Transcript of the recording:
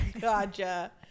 gotcha